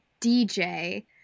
DJ